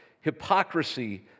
hypocrisy